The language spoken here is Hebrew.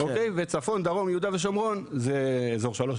וצפון דרום יהודה ושומרון זה אזור שלוש,